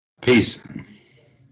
Peace